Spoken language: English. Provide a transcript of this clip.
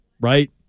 Right